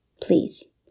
Please